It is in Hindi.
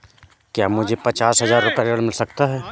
क्या मुझे पचास हजार रूपए ऋण मिल सकता है?